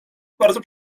bardzo